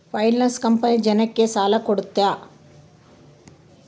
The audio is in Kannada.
ಫೈನಾನ್ಸ್ ಕಂಪನಿ ಜನಕ್ಕ ಸಾಲ ಕೊಡುತ್ತೆ